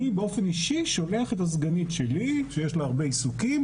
אני שולח את הסגנית שלי שיש לה הרבה עיסוקים